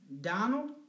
Donald